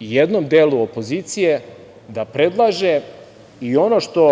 jednom delu opozicije da predlaže i ono što